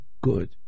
good